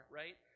right